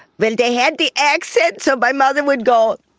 but and they had the accent, so my mother would go,